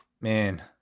man